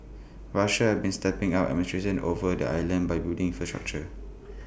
Russia has been stepping up administration over the islands by building infrastructure